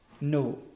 No